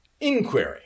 inquiry